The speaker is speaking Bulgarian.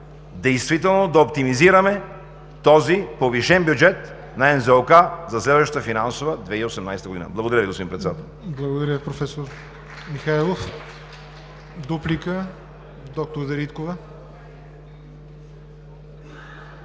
действително да оптимизираме този повишен бюджет на НЗОК за следващата финансова 2018 г. Благодаря Ви, господин Председател.